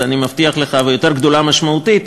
ויותר גדולה משמעותית,